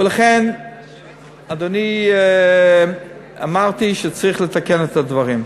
ולכן, אדוני, אמרתי שצריך לתקן את הדברים.